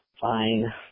Fine